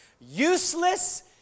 useless